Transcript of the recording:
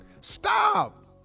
Stop